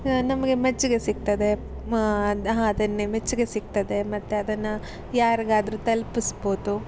ನಮಗೆ ಮೆಚ್ಚುಗೆ ಸಿಗ್ತದೆ ಮ ಅದನ್ನೆ ಮೆಚ್ಚುಗೆ ಸಿಗ್ತದೆ ಮತ್ತು ಅದನ್ನು ಯಾರಿಗಾದ್ರು ತಲ್ಪಿಸ್ಬೋದು